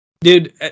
dude